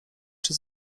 czy